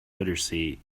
literacy